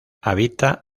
habita